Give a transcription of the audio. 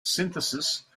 synthesis